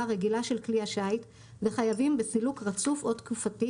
הרגילה של כלי השיט וחייבים בסילוק רצוף או תקופתי,